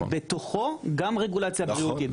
בתוכו גם רגולציה בריאותית.